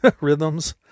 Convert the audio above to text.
rhythms